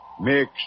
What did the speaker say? Make